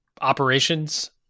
operations